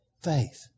faith